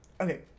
Okay